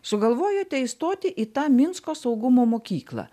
sugalvojote įstoti į tą minsko saugumo mokyklą